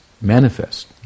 manifest